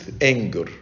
anger